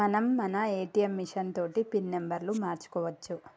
మనం మన ATM machine తోటి పిన్ నెంబర్ను మార్చుకోవచ్చు